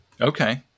Okay